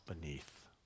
beneath